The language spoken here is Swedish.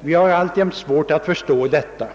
Vi har alltjämt svårt att förstå detta.